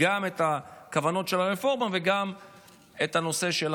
גם הכוונות של הרפורמה וגם הנושא של